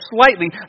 slightly